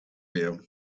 you